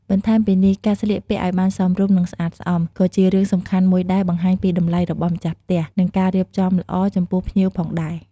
បន្ថែមពីនេះ ការស្លៀកពាក់ឲ្យបានសមរម្យ និងស្អាតស្អំ ក៏ជារឿងសំខាន់មួយដែលបង្ហាញពីតម្លៃរបស់ម្ចាស់ផ្ទះ និងការរៀបចំល្អចំពោះភ្ញៀវផងដែរ។